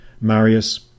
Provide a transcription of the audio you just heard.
Marius